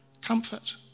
comfort